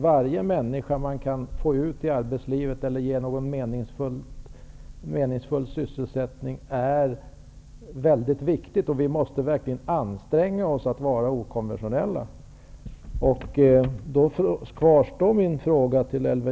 Varje människa man kan få ut i arbetslivet eller ge någon meningsfull sysselsättning är mycket viktig. Vi måste verkligen anstränga oss att vara okonventionella.